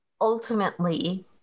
ultimately